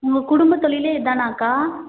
உங்க குடும்ப தொழிலே இதுதானாக்கா